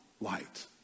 light